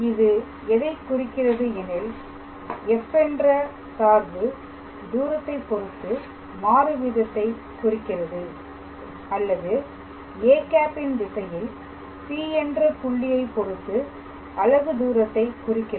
இது எதை குறிக்கிறது எனில் f என்ற சார்பு தூரத்தைப் பொறுத்து மாறு வீதத்தை குறிக்கிறது அல்லது â ன் திசையில் P என்ற புள்ளியை பொறுத்து அலகு தூரத்தை குறிக்கிறது